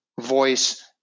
voice